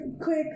quick